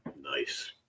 Nice